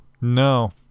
No